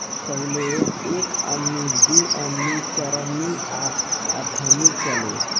पहिले एक अन्नी, दू अन्नी, चरनी आ अठनी चलो